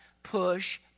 push